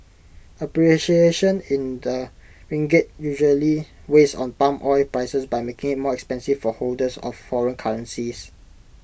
appreciation in the ringgit usually weighs on palm oil prices by making more expensive for holders of foreign currencies